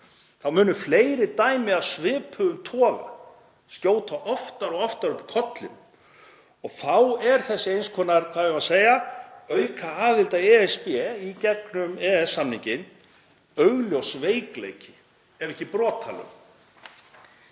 þá muni fleiri dæmi af svipuðum toga skjóta oftar og oftar upp kollinum. Og þá er þessi eins konar, hvað á ég að segja, aukaaðild að ESB í gegnum EES-samninginn augljós veikleiki, ef ekki brotalöm,